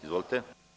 Izvolite.